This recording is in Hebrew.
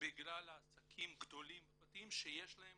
בגלל עסקים גדולים ופרטיים שיש להם